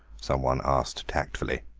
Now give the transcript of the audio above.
some one asked tactfully.